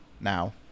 now